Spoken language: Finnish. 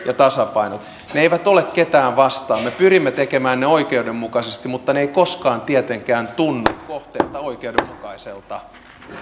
ja tasapaino ne eivät ole ketään vastaan me pyrimme tekemään ne oikeudenmukaisesti mutta ne eivät koskaan tietenkään tunnu niiden kohteesta oikeudenmukaiselta